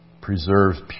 preserves